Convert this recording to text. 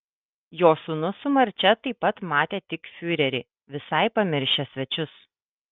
jo sūnus su marčia taip pat matė tik fiurerį visai pamiršę svečius